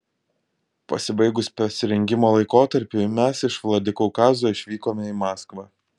pasibaigus pasirengimo laikotarpiui mes iš vladikaukazo išvykome į maskvą